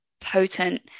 potent